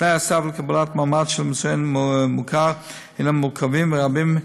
תנאי הסף לקבלת מעמד של מוזיאון מוכר הם מורכבים ורבים,